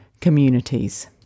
communities